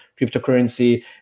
cryptocurrency